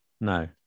No